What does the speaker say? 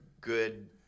good